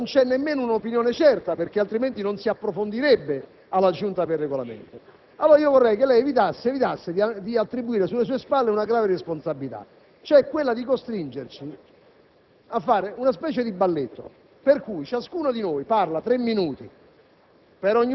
Vede, lei ha detto che su questa questione non c'è nemmeno un'opinione certa, perché altrimenti non si approfondirebbe alla Giunta per il Regolamento; allora vorrei che lei evitasse di attribuire sulle sue spalle una grave responsabilità, cioè quella di costringerci